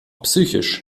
psychisch